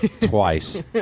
Twice